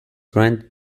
granted